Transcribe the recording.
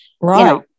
Right